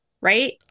right